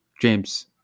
James